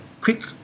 quick